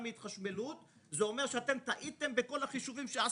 מהתחשמלות זה אומר שאתם טעיתם בכל החישובים שעשיתם?